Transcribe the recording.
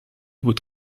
would